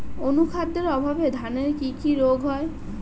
অনুখাদ্যের অভাবে ধানের কি কি রোগ হয়?